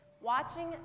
watching